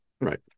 Right